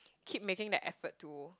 keep making the effort to